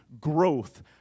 growth